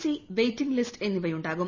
C waiting list എന്നിവ ഉ ാകും